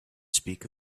speak